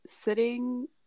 sitting